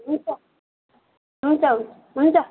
हुन्छ हुन्छ हुन्छ